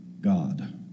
God